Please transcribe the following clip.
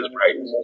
right